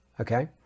Okay